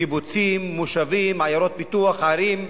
קיבוצים, מושבים, עיירות פיתוח, ערים,